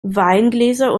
weingläser